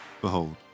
Behold